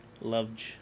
Loved